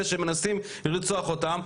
אלה שמנסים לרצוח אותם,